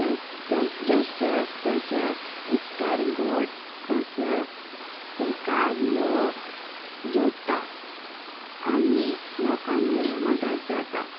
जशें तशें उत्तर गोड तशें तेका लोक जोडटा आनी लोकांकूय मदत जाता